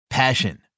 passion